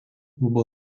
klubo